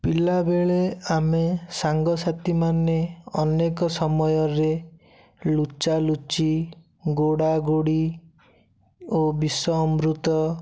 ପିଲାବେଳେ ଆମେ ସାଙ୍ଗସାଥୀମାନେ ଅନେକ ସମୟରେ ଲୁଚାଲୁଚି ଗୋଡ଼ାଗୋଡ଼ି ଓ ବିଷ ଅମୃତ